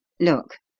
look!